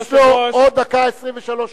יש לו עוד דקה ו-23 שניות.